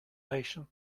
nation